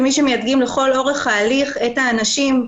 כמי שמייצגים לכל אורך ההליך את האנשים,